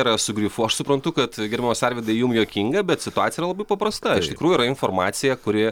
yra su grifu aš suprantu kad gerbiamas arvydai jum juokinga bet situacija yra labai paprasta iš tikrųjų yra informacija kuri